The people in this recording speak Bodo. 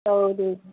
औ दे